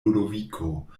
ludoviko